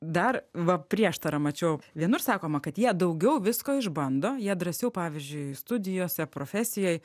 dar va prieštarą mačiau vienur sakoma kad jie daugiau visko išbando jie drąsiau pavyzdžiui studijose profesijoj